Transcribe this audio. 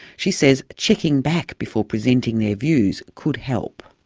she says checking back before presenting their views could help.